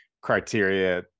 criteria